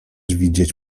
widzieć